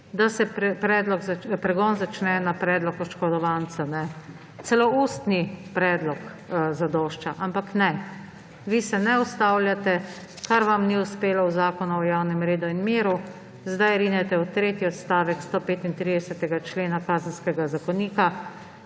da se pregon začne na predlog oškodovanca. Celo ustni predlog zadošča. Ampak ne! Vi se ne ustavljate. Kar vam ni uspelo v Zakonu o javnem redu in miru, zdaj rinete v tretji odstavek 135. člena Kazenskega zakonika,